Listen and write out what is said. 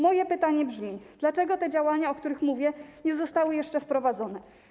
Moje pytanie brzmi: Dlaczego te działania, o których mówię, nie zostały jeszcze wprowadzone?